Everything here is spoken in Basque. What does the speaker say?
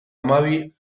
hamabi